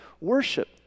worship